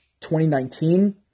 2019